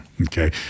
Okay